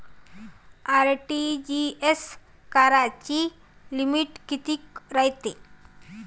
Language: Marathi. आर.टी.जी.एस कराची लिमिट कितीक रायते?